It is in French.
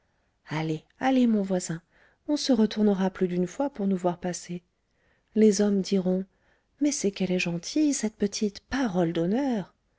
allez allez mon voisin on se retournera plus d'une fois pour nous voir passer les hommes diront mais c'est qu'elle est gentille cette petite parole d'honneur